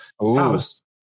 house